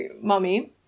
mummy